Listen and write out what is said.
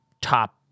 top